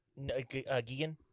Gigan